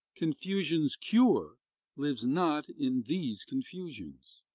confusion's cure lives not in these confusions.